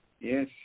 Yes